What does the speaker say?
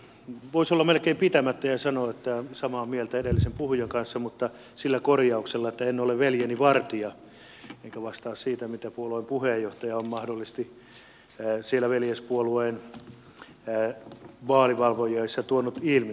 voisin olla melkein pitämättä puheenvuoron ja sanoa että olen samaa mieltä edellisen puhujan kanssa mutta sillä korjauksella että en ole veljeni vartija enkä vastaa siitä mitä puolueen puheenjohtaja on mahdollisesti siellä veljespuolueen vaalivalvojaisissa tuonut ilmi